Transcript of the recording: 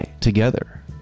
together